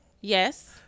Yes